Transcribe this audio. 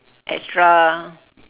extra